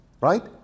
right